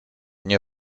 nie